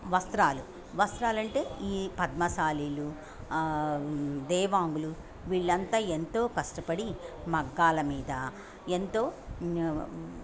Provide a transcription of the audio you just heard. వస్త్రాలు వస్త్రాలంటే ఈ పద్మశాలిలు దేవాంగులు వీళ్ళంతా ఎంతో కష్టపడి మగ్గాల మీద ఎంతో